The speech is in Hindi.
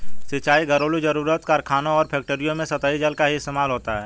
सिंचाई, घरेलु जरुरत, कारखानों और फैक्ट्रियों में सतही जल का ही इस्तेमाल होता है